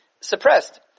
suppressed